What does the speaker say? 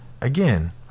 again